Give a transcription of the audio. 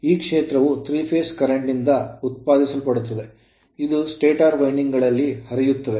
ಈ ಕ್ಷೇತ್ರವು 3 phase current ನಿಂದ ಉತ್ಪಾದಿಸಲ್ಪಡುತ್ತದೆ ಇದು ಸ್ಟಾಟರ್ ವೈಂಡಿಂಗ್ ಗಳಲ್ಲಿ ಹರಿಯುತ್ತದೆ